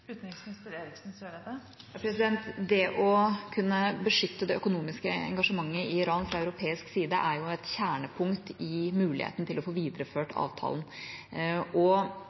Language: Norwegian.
Det å kunne beskytte det økonomiske engasjementet i Iran fra europeisk side er et kjernepunkt i muligheten til å få videreført avtalen. Iran har signalisert at de kan være villige til å diskutere dette, og